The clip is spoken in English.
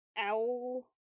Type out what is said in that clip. owl